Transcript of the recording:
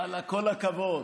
ואללה, כל הכבוד,